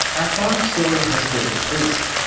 our final story has a bit of a twist,